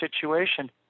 situation